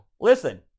Listen